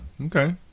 Okay